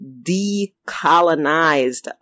decolonized